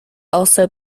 also